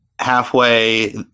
halfway